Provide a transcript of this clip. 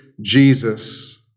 Jesus